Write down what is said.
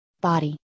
body